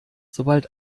sobald